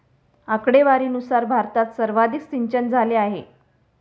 आकडेवारीनुसार भारतात सर्वाधिक सिंचनझाले आहे